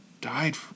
died